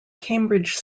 cambridge